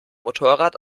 motorrad